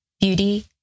beauty